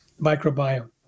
microbiome